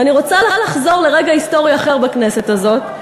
ואני רוצה לחזור לרגע היסטורי אחר בכנסת הזאת,